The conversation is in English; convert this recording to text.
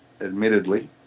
admittedly